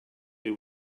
who